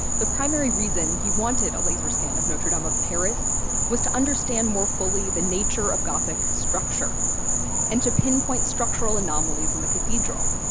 the primary reason he wanted a laser scan of notre-dame of paris was to understand more fully the nature of gothic structure and to pinpoint structural anomalies in the cathedral.